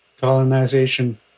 colonization